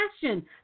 passion